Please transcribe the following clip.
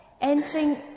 entering